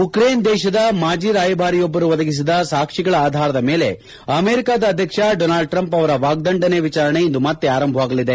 Ukraine ದೇಶದ ಮಾಜಿ ರಾಯಭಾರಿಯೊಬ್ಬರು ಒದಗಿಸಿದ ಸಾಕ್ಷಿಗಳ ಆಧಾರದ ಮೇಲೆ ಅಮೆರಿಕದ ಅಧ್ಯಕ್ಷ ಡೊನಾಲ್ಡ್ ಟ್ರಂಪ್ ಅವರ ವಾಗ್ದಂಡನೆ ವಿಚಾರಣೆ ಇಂದು ಮತ್ತೆ ಆರಂಭವಾಗಲಿದೆ